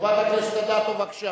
חברת הכנסת אדטו, בבקשה.